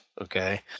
Okay